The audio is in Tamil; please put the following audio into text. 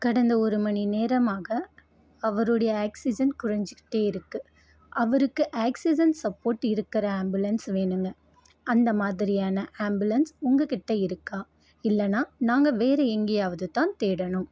கடந்த ஒரு மணி நேரமாக அவருடைய ஆக்ஸிஜன் குறைஞ்சுக்கிட்டே இருக்குது அவருக்கு ஆக்ஸிஜன் சப்போர்ட் இருக்கிற ஆம்புலன்ஸ் வேணுங்க அந்த மாதிரியான ஆம்புலன்ஸ் உங்கக்கிட்ட இருக்கா இல்லைன்னா நாங்கள் வேறு எங்கையாவதுதான் தேடணும்